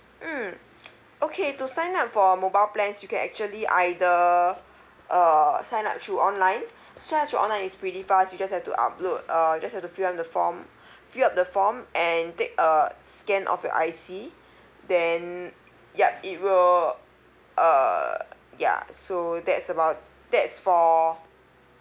mm okay to sign up for our mobile plans you can actually either uh sign up through online sign up through online is pretty fast you just have to upload uh just have to fill up the form fill up the form and take a scan of your I_C then yup it will uh ya so that's about that's for